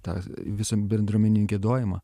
tą visum bendruomeny giedojimą